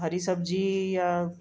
ਹਰੀ ਸਬਜ਼ੀ ਜਾਂ